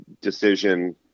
decision